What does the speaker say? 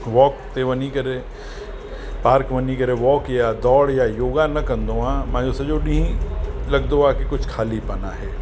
walk ते वञी करे पार्क वञी करे वॉक यां दौड़ या योगा न कंदो आहे मुंहिंजो सॼो ॾींहुं लॻंदो आहे की कुझु खालीपन आहे